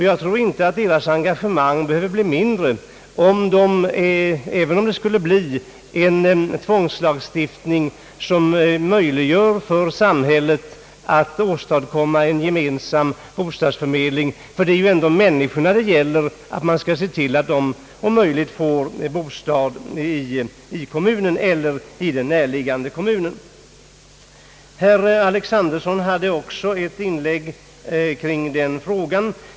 Jag tror inte deras engagemang behöver bli mindre, även om det skulle bli en tvångslagstiftning som möjliggör för samhället att åstadkomma en gemensam bostadsförmedling. Det är ju ändå människorna det gäller; att se till att de om möjligt får bostäder i kommunen eller i närliggande kommun. Herr Alexanderson hade också ett inlägg kring detta ämne.